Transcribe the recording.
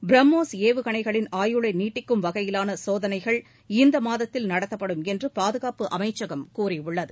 பிரம்மோஸ் ஏவுகணைகளின் ஆயுளை நீட்டிக்கும் வகையிலான சோதனைகள் இந்த மாதத்தில் நடத்தப்படும் என்று பாதுகாப்பு அமைச்சகம் கூறியுள்ளது